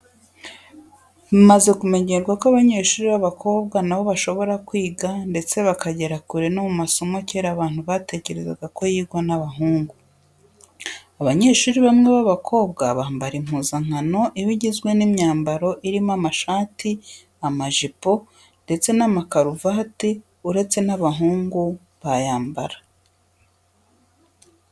Bimaze kumenyerwa ko abanyeshuri b'abakobwa na bo bashobora kwiga ndetse bakagera kure no mu masomo, kera abantu batekerezaga ko yigwa n'abahungu. Abanyeshuri bamwe abakobwa bambara impuzankano iba igizwe n'imyambaro irimo amashati, amajipo ndetse n'amakaruvati uretse n'abahungu bayambara.